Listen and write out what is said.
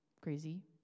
crazy